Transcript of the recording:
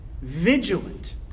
Vigilant